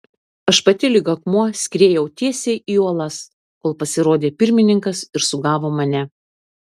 aš pati lyg akmuo skriejau tiesiai į uolas kol pasirodė pirmininkas ir sugavo mane